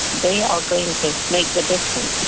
they are going to make the difference,